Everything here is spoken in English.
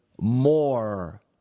more